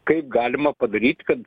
kaip galima padaryti kad